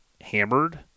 Hammered